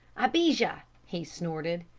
abijah! he snorted.